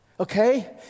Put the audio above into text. Okay